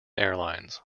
airlines